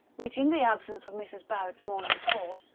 which, in the absence of mrs. barrett's morning call,